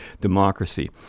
democracy